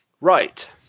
Right